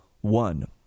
one